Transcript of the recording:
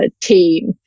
team